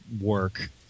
work